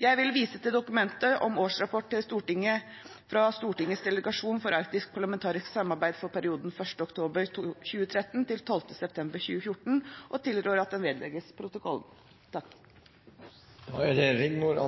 Jeg vil vise til dokumentet om årsrapport til Stortinget fra Stortingets delegasjon for arktisk parlamentarisk samarbeid for perioden 1. oktober 2013 til 12. september 2014 og tilrår at den vedlegges protokollen. 2015 er et viktig år